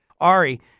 Ari